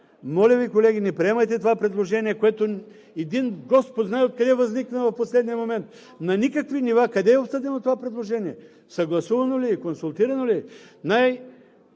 моля Ви, колеги, не приемайте това предложение, което един Господ знае откъде възникна в последния момент?! На никакви нива – къде е обсъдено това предложение, съгласувано ли е, консултирано ли